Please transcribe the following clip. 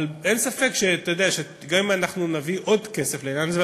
אבל אין ספק שגם אם נביא עוד כסף לעניין הזה,